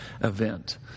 event